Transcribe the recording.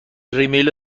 ریمیل